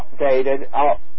updated